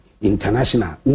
international